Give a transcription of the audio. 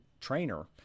trainer